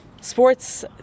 Sports